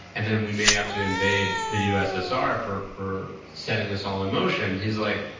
and then we may have to invade the ussr for for setting this all in motion, he's like,